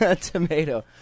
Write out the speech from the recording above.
tomato